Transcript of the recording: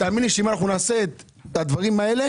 ואם נעשה כך,